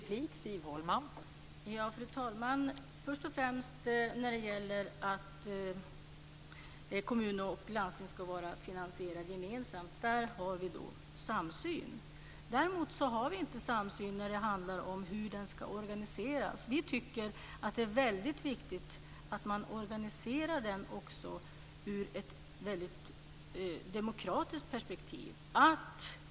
Fru talman! Först och främst till detta med att kommun och landsting ska vara finansierade gemensamt. Där har vi en samsyn. Det har vi däremot inte när det handlar om hur verksamheten ska vara organiserad. Vi tycker att det är viktigt att den organiseras ur ett demokratiskt perspektiv.